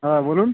হ্যাঁ বলুন